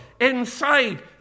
inside